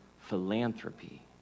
philanthropy